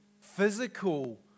physical